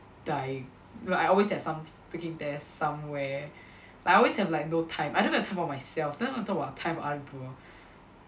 die I always have some freaking test somewhere like I always have like no time I don't have time for myself don't even talk about time for other people